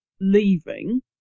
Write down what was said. leaving